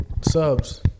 subs